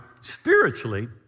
spiritually